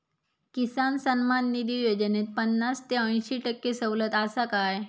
किसान सन्मान निधी योजनेत पन्नास ते अंयशी टक्के सवलत आसा काय?